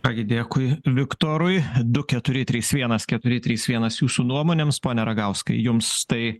ką gi dėkui viktorui du keturi trys vienas keturi trys vienas jūsų nuomonėms pone ragauskai jums tai